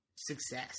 Success